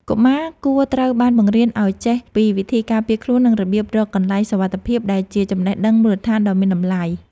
កុមារគួរត្រូវបានបង្រៀនឱ្យចេះពីវិធីការពារខ្លួន និងរបៀបរកកន្លែងសុវត្ថិភាពដែលជាចំណេះដឹងមូលដ្ឋានដ៏មានតម្លៃ។